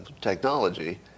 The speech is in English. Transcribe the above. technology